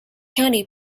county